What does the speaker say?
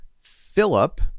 philip